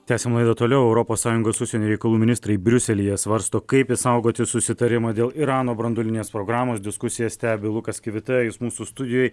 tęsiam laidą toliau europos sąjungos užsienio reikalų ministrai briuselyje svarsto kaip išsaugoti susitarimą dėl irano branduolinės programos diskusiją stebi lukas kivita jis mūsų studijoj